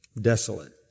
desolate